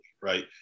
right